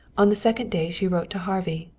on the second day she wrote to harvey.